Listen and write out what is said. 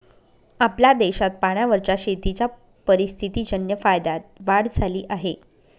आपल्या देशात पाण्यावरच्या शेतीच्या परिस्थितीजन्य फायद्यात वाढ झाली आहे